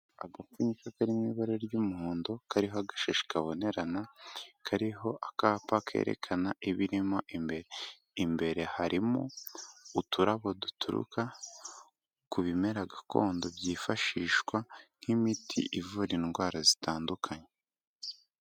Agapfunyika kari mu ibara ry'umuhondo kariho agashashi kabonerana, kariho akapa kerekana ibirimo imbere, imbere harimo uturabo duturuka ku bimera gakondo byifashishwa nk'imiti ivura indwara zitandukanye.